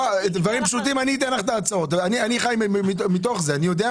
אני חי בתוך זה, אני יודע.